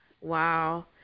Wow